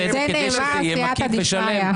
נדחה כדי שזה יהיה מקיף ושלם.